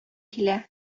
килә